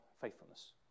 faithfulness